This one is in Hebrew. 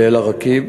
באל-עראקיב,